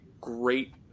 great